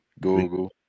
Google